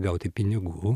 gauti pinigų